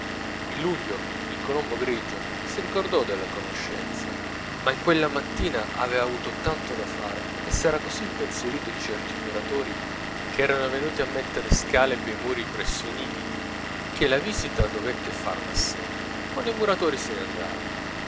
in luglio il colombo grigio si ricordò della conoscenza ma in quella mattina avea avuto tanto da fare e s'era così impensierito di certi muratori che erano venuti a mettere scale pei muri presso i nidi che la visita dovette farla a sera quando i muratori se ne andarono